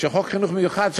שחוק חינוך מיוחד,